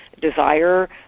desire